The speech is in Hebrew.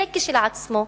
זה כשלעצמו,